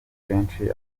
kenshi